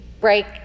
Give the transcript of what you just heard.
break